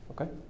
okay